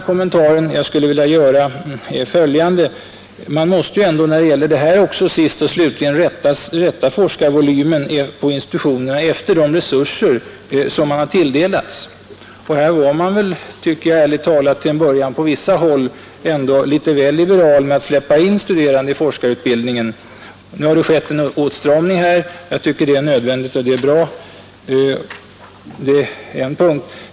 För det andra måste man ju sist och slutligen rätta forskarvolymen på institutionerna efter de resurser man tilldelas. Här var man, ärligt talat, till en början på vissa håll litet väl liberal med att släppa in studerande i forskarutbildningen. Det har nu skett en viss åtstramning, vilket jag tycker är nödvändigt.